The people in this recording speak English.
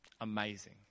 Amazing